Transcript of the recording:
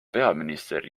peaminister